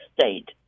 state